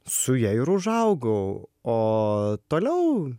su ja ir užaugau o toliau